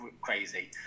crazy